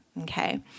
okay